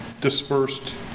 dispersed